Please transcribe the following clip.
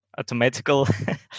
automatical